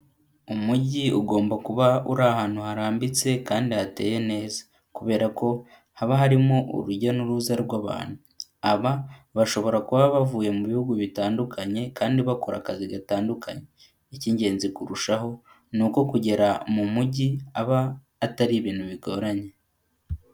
Umujyi ugomba kuba uri ahantu harambitse kandi hateye neza, kubera ko haba harimo urujya n'uruza rw'abantu, aba bashobora kuba bavuye mu bihugu bitandukanye kandi bakora akazi gatandukanye, icy'ingenzi kurushaho, ni uko kugera mujyi aba atari ibintu bigoranye.